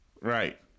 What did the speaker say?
Right